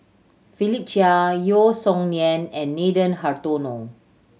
Philip Chia Yeo Song Nian and Nathan Hartono